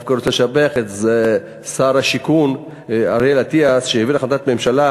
אני דווקא רוצה לשבח את שר השיכון אריאל אטיאס שהעביר החלטת ממשלה,